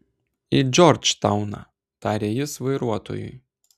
į džordžtauną tarė jis vairuotojui